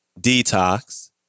Detox